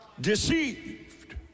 deceived